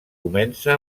comença